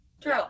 True